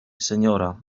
seniora